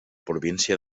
província